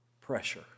pressure